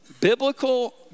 Biblical